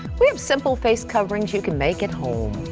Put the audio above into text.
we have simple face coverings you can make it home.